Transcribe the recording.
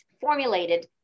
formulated